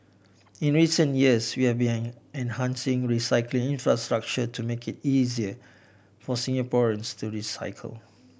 in recent years we have been enhancing recycling infrastructure to make it easier for Singaporeans to recycle